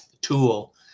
tool